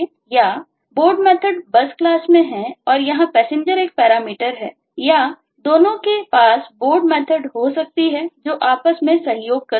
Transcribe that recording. या Board method Bus class में हैं और यहां Passenger एक पैरामीटर है या दोनों के पास Board मेथर्ड हो सकती है जो आपस में सहयोग करती हो